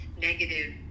negative